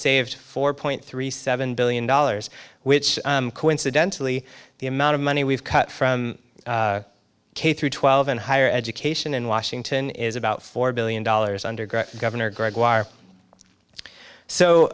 saved four point three seven billion dollars which coincidentally the amount of money we've cut from k through twelve and higher education in washington is about four billion dollars under growth governor gregoire